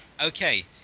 Okay